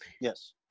Yes